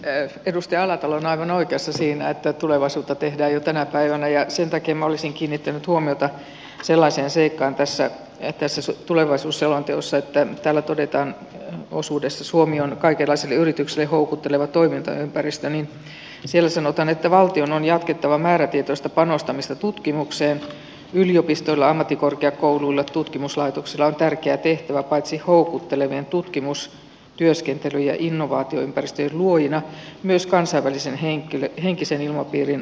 edustaja alatalo on aivan oikeassa siinä että tulevaisuutta tehdään jo tänä päivänä ja sen takia minä olisin kiinnittänyt huomiota sellaiseen seikkaan tässä tulevaisuusselonteossa että täällä todetaan osuudessa suomi on kaikenlaisille yrityksille houkutteleva toimintaympäristö että valtion on jatkettava määrätietoista panostamista tutkimukseen ja yliopistoilla ammattikorkeakouluilla ja tutkimuslaitoksilla on tärkeä tehtävä paitsi houkuttelevien tutkimus työskentely ja innovaatioympäristöjen luojina myös kansainvälisen henkisen ilmapiirin rakentajina